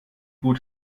gut